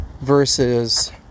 versus